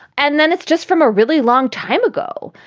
and then it's just from a really long time ago,